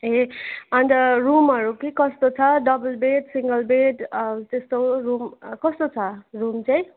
ए अन्त रुमहरू के कस्तो छ डबल बेड सिङ्गल बेड त्यस्तो रुम कस्तो छ रुम चाहिँ